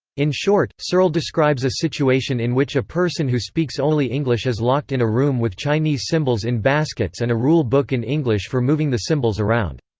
in short, searle describes a situation in which a person who speaks only english is locked in a room with chinese symbols in baskets and a rule book in english for moving the symbols around.